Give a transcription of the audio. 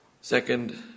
Second